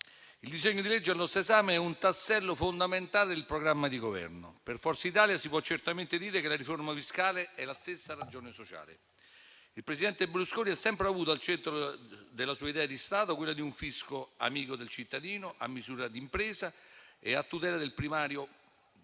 Il disegno di legge al nostro esame è un tassello fondamentale del programma di Governo. Per Forza Italia si può certamente dire che la riforma fiscale è la stessa ragione sociale. Il presidente Berlusconi ha sempre avuto al centro della sua idea di Stato quella di un fisco amico del cittadino, a misura di impresa e a tutela del bene primario degli